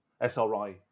SRI